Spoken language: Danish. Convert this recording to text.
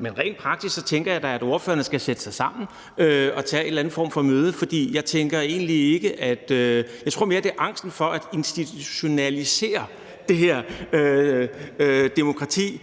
Men rent praktisk tænker jeg da, at ordførerne skal sætte sig sammen, altså tage en eller anden form for møde, for jeg tror mere, det er angsten for at institutionalisere det her demokrati,